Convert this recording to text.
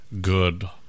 good